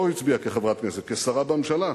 לא הצביעה כחברת כנסת, כשרה בממשלה.